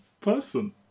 person